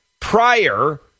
prior